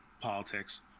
politics